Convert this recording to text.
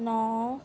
ਨੌ